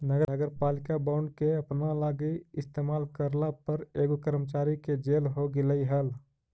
नगरपालिका बॉन्ड के अपना लागी इस्तेमाल करला पर एगो कर्मचारी के जेल हो गेलई हल